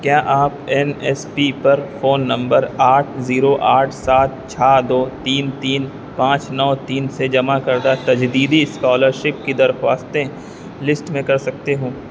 کیا آپ N S P پر فون نمبر آٹھ زیرو آٹھ سات چھ دو تین تین پانچ نو تین سے جمع کردہ تجدیدی اسکالرشپ کی درخواستیں لسٹ میں کر سکتے ہو